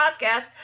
podcast